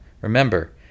remember